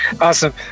Awesome